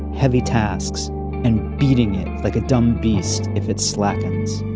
heavy tasks and beating it like a dumb beast if it slackens